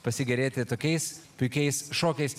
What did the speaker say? pasigėrėti tokiais puikiais šokiais